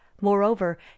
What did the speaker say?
moreover